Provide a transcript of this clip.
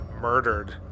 murdered